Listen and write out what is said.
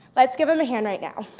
let's give them a hand right now.